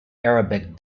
arabic